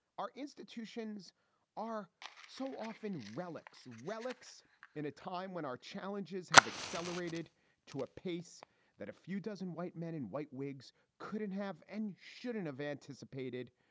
our institutions are so often relics, relics in a time when our challenges have accelerated to a pace that a few dozen white men and white wigs couldn't have and shouldn't have anticipated.